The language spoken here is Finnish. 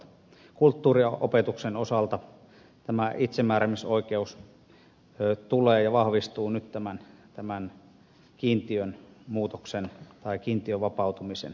kulttuurin ja opetuksen osalta tämä itsemääräämisoikeus tulee ja vahvistuu nyt tämän kiintiön vapautumisen johdosta